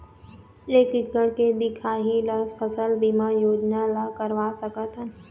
एक एकड़ के दिखाही ला फसल बीमा योजना ला करवा सकथन?